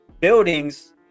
buildings